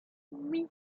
oui